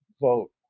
vote